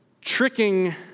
tricking